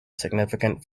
significant